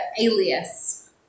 alias